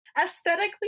Aesthetically